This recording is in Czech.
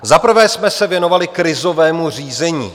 Za prvé jsme se věnovali krizovému řízení.